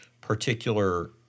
particular